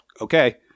Okay